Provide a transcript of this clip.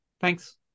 Thanks